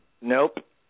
Nope